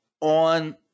on